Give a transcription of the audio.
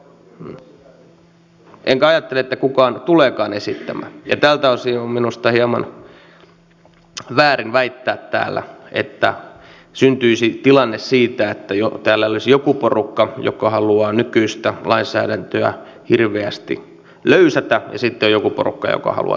enkä ajattele että kukaan tuleekaan esittämään ja tältä osin on minusta hieman väärin väittää täällä että syntyisi tilanne siitä että täällä olisi joku porukka joka haluaa nykyistä lainsäädäntöä hirveästi löysätä ja sitten on joku porukka joka haluaa tiukentaa